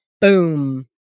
boom